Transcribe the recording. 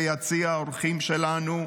ביציע האורחים שלנו,